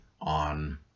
on